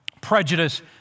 prejudice